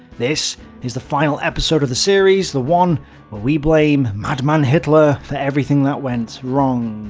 this is the final episode of the series the one where we blame madman hitler for everything that went wrong,